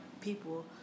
people